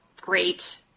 Great